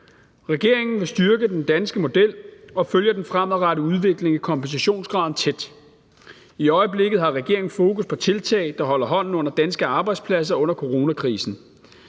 Regeringen vil styrke den danske model og følger den fremadrettede udvikling i kompensationsgraden tæt. I øjeblikket har regeringen fokus på tiltag, der holder hånden under danske arbejdspladser under coronakrisen.